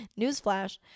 newsflash